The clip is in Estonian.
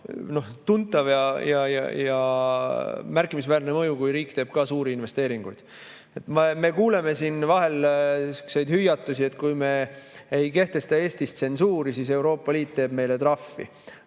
tuntav ja märkimisväärne mõju, kui riik teeb suuri investeeringuid. Me kuuleme siin vahel selliseid hüüatusi, et kui me ei kehtesta Eestis tsensuuri, siis Euroopa Liit teeb meile trahvi.